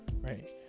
right